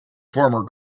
former